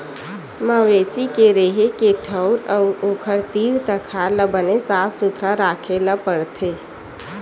मवेशी के रेहे के ठउर अउ ओखर तीर तखार ल बने साफ सुथरा राखे ल परथे